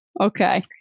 okay